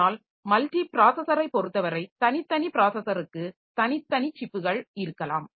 ஆனால் மல்டிப்ராஸஸரை பொறுத்தவரை தனித்தனி ப்ராஸஸருக்கு தனித்தனி சிப்புகள் இருக்கலாம்